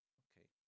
okay